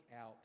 out